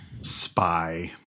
spy